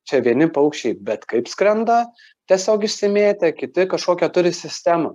čia vieni paukščiai bet kaip skrenda tiesiog išsimėtę kiti kažkokią turi sistemą